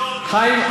חיים,